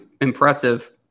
impressive